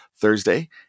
Thursday